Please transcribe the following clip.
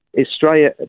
Australia